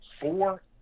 four